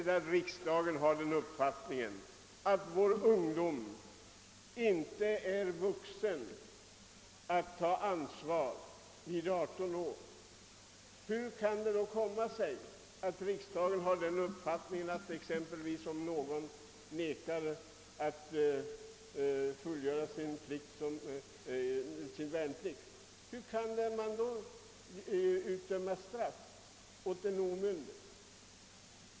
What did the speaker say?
Om riksdagen har den uppfattningen att vår ungdom inte är vuxen att ta ansvar vid 18 år vill jag fråga: Hur kan det då komma sig, att riksdagen anser, att man kan döma en omyndig till straff, därest han exempelvis vägrar att fullgöra sin värnplikt?